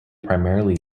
primarily